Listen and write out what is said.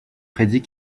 prédit